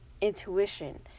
intuition